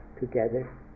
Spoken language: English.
together